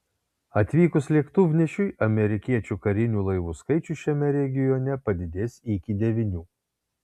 atvykus lėktuvnešiui amerikiečių karinių laivų skaičius šiame regione padidės iki devynių